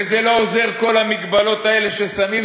וזה לא עוצר את כל המגבלות האלה ששמים,